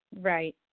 Right